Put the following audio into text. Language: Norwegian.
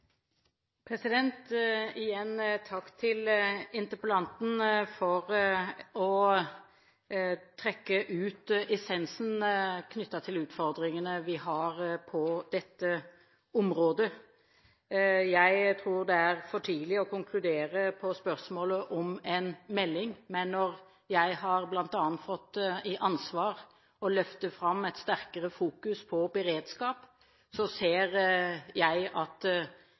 dette området. Jeg tror det er for tidlig å konkludere på spørsmålet om en melding, men når jeg bl.a. har fått ansvaret for å løfte fram, fokusere sterkere på beredskap, ser jeg at